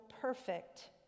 perfect